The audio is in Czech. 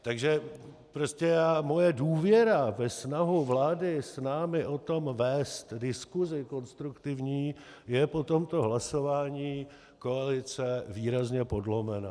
Takže moje důvěra ve snahu vlády s námi o tom vést diskusi konstruktivní je po tomto hlasování koalice výrazně podlomena.